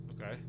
Okay